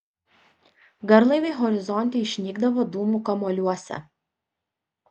garlaiviai horizonte išnykdavo dūmų kamuoliuose